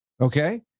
Okay